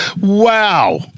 Wow